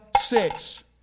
six